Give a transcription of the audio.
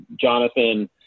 jonathan